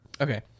Okay